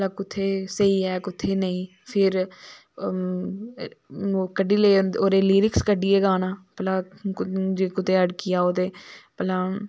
भला कुत्थे स्हेई ऐ कुत्थे नेईं फिर कड्ढी ले ओह्दे लिरिक्स कड्डियै गाना भना जे कुदे अड़की जाओ ते भला